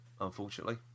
unfortunately